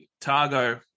Targo